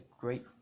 great